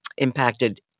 Impacted